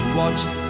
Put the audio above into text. watched